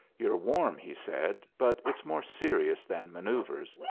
you're warm, he said, but it's more serious than manoeuvres.